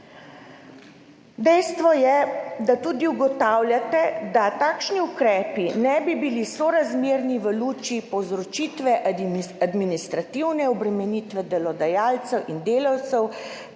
Dejstvo je, da tudi ugotavljate, da takšni ukrepi ne bi bili sorazmerni v luči povzročitve administrativne obremenitve delodajalcev in delavcev,